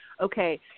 okay